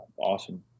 awesome